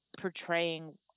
portraying